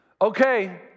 Okay